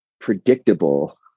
predictable